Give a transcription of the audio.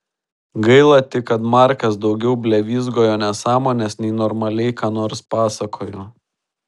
gaila tik kad markas daugiau blevyzgojo nesąmones nei normaliai ką nors pasakojo